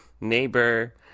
neighbor